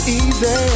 easy